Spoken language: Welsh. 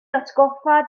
atgoffa